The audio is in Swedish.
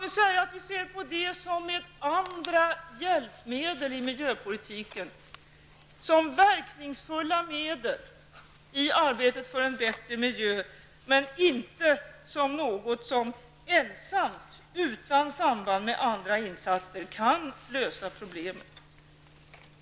Vi ser på ekonomiska styrmedel på samma sätt som vi ser på andra hjälpmedel i miljöpolitiken, som verkningsfulla medel i arbetet för en bättre miljö men inte som något som ensamt, utan samband med andra insatser, kan lösa problemen.